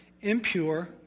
impure